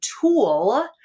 tool